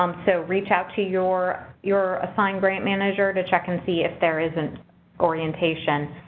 um so, reach out to your your assigned grant manager to check and see if there is an orientation,